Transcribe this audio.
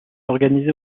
organisé